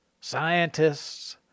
scientists